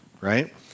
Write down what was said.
right